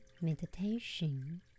meditation